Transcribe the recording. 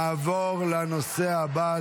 להלן תוצאות ההצבעה: